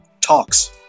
talks